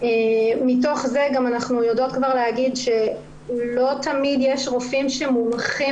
מתוך זה גם אנחנו יודעות כבר להגיד שלא תמיד יש רופאים שמומחים